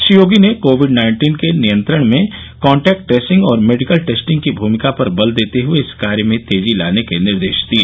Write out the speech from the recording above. श्री योगी ने COVID nineteen के नियंत्रण में कान्ट्रेक्ट ट्रेसिंग और मेडिकल टेस्टिंग की भूमिका पर बल देते हए इस कार्य में तेजी लाने के निर्देश दिए